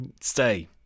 stay